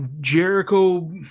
Jericho